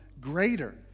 greater